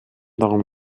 darum